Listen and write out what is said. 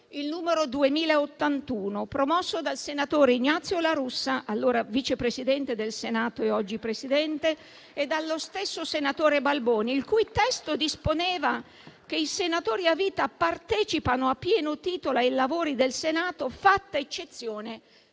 il n. 2081, promosso dal senatore Ignazio La Russa, allora Vice Presidente del Senato e oggi Presidente, e dallo stesso senatore Balboni, il cui testo disponeva che i senatori a vita partecipano a pieno titolo ai lavori del Senato, fatta eccezione